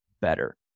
better